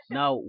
now